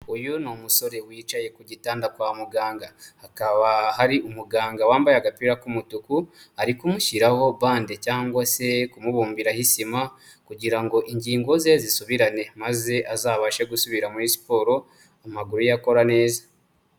Uyu ni umusore wicaye ku gitanda kwa muganga, hakaba hari umuganga wambaye agapira k'umutuku, ari kumushyiraho bande cyangwa se kumubumbiraho isima kugira ingingo ze zisubirane maze azabashe gusubira muri siporo, amaguru ye akora neza.